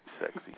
sexy